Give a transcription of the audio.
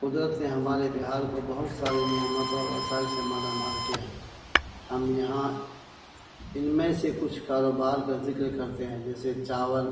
قدرت نے ہمارے بہار کو بہت ساری نعمت اور وسائل سے مالا مال کیا ہے ہم یہاں ان میں سے کچھ کاروبار کا ذکر کرتے ہیں جیسے چاول